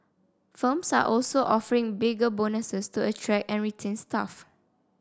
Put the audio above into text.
firms are also offering bigger bonuses to attract and retain staff